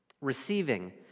receiving